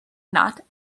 not